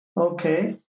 Okay